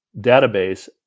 database